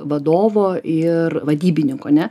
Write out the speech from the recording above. vadovo ir vadybininko ne